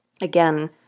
Again